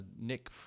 Nick